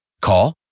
Call